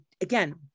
again